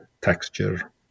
texture